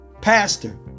pastor